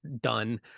done